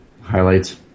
highlights